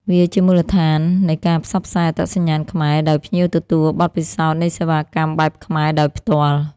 វាជាមូលដ្ឋាននៃការផ្សព្វផ្សាយអត្តសញ្ញាណខ្មែរ ដោយភ្ញៀវទទួលបទពិសោធន៍នៃសេវាកម្មបែបខ្មែរដោយផ្ទាល់។